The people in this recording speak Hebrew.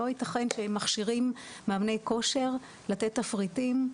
לא יתכן שמכשירים מאמני כושר לתת תפריטים,